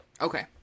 Okay